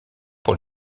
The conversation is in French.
pour